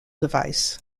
device